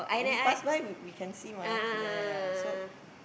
we pass by we can see mah yeah yeah yeah